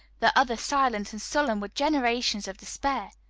the other silent and sullen with generations of despair.